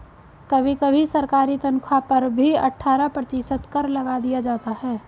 कभी कभी सरकारी तन्ख्वाह पर भी अट्ठारह प्रतिशत कर लगा दिया जाता है